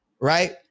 Right